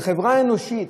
בחברה אנושית,